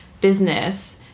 business